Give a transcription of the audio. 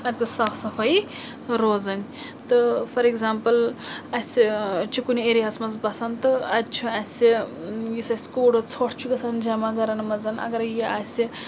اَتہِ گوٚژھ صاف صَفٲیی روزٕنۍ تہٕ فار ایٚگزامپٕل اَسہِ چھُ کُنہِ ایریاہَس منٛز بَسان تہٕ اَتہِ چھُ اَسہِ یُس اَسہِ کوٗڑٕ ژھۄٹھ چھُ گژھان جمع گَرَن منٛز اَگرَے یہِ آسہِ